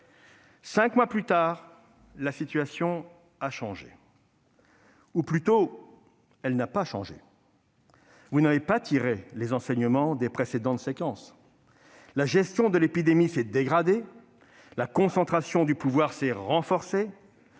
Cinq mois plus tard, la situation a changé, ou, plutôt, elle n'a pas changé. Vous n'avez pas tiré les enseignements des précédentes séquences. La gestion de l'épidémie s'est dégradée. La concentration du pouvoir s'est renforcée.